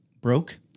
broke